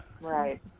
Right